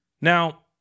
Now